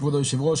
כבוד היושב-ראש,